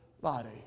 body